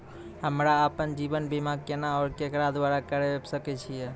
हमरा आपन जीवन बीमा केना और केकरो द्वारा करबै सकै छिये?